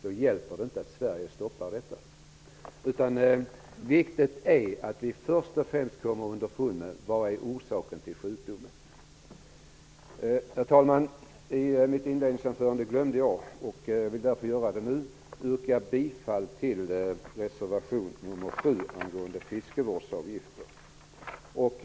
Då hjälper det inte att Sverige inför ett stopp. Viktigt är att vi först och främst kommer underfund med vad som är orsaken till sjukdomen M 74. Herr talman! I mitt inledningsanförande glömde jag att yrka bifall till reservation nr 7 angående fiskevårdsavgifter, så jag vill därför göra det nu.